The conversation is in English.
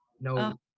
no